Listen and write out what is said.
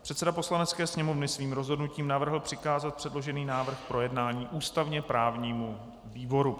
Předseda Poslanecké sněmovny svým rozhodnutím navrhl přikázat předložený návrh k projednání ústavněprávnímu výboru.